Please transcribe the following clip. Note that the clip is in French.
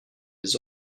les